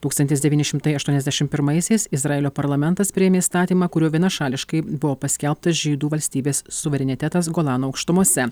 tūkstantis devyni šimtai aštuoniasdešimt pirmaisiais izraelio parlamentas priėmė įstatymą kuriuo vienašališkai buvo paskelbtas žydų valstybės suverenitetas golano aukštumose